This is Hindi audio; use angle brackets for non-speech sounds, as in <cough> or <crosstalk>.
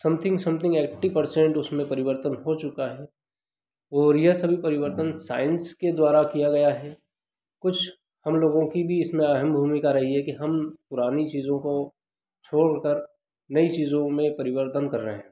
समथिंग समथिंग ऐट्टी परसेंट उसमें परिवर्तन हो चुका है वो <unintelligible> सभी परिवर्तन साइंस के द्वारा किया गया हे कुछ हम लोगों की भी इसमें अहम भूमिका रही है की हम पुरानी चीज़ों को छोड़कर नई चीज़ों में परिवर्तन कर रहे हैं